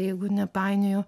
jeigu nepainioju